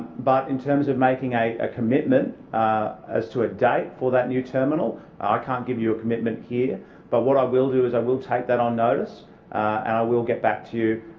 but in terms of making a commitment as to a date for that new terminal, ah i can't give you a commitment here but what i will do is i will take that on notice and i will get back to you.